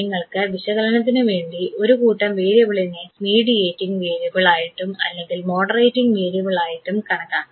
നിങ്ങൾക്ക് വിശകലനത്തിനു വേണ്ടി ഒരു കൂട്ടം വേരിയബിളിനെ മീഡിയേറ്റിംഗ് വേരിയബിൾ ആയിട്ടും അല്ലെങ്കിൽ മോഡറേറ്റിംഗ് വേരിയബിൾ ആയിട്ടും കണക്കാക്കാം